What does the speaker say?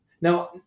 Now